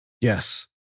Yes